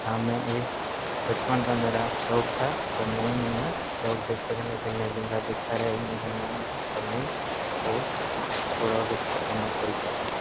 तां में एह् बचपन दा मेरा शौक हा तां में इं'या इं'या शौक दोस्तें कन्नै खेढनें गी जंदा ते पर इं'या खेढना इं'या ते में ओह् पूरा ओह्दे उप्पर अमल करी चुके दा आं